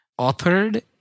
authored